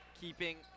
keeping